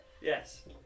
Yes